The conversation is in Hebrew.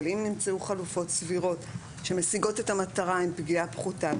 אבל אם נמצאו חלופות סבירות שמשיגות את המטרה עם פגיעה פחותה,